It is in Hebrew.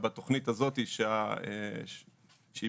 אולי אפילו לפני הוועדה או באחד הדיונים הראשונים של הוועדה,